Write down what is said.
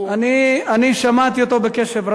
אני שמעתי אותו בקשב רב.